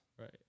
Right